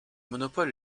monopoles